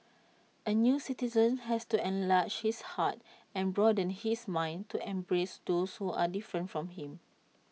A new citizen has to enlarge his heart and broaden his mind to embrace those who are different from him